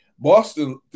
Boston